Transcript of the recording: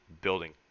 building